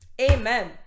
Amen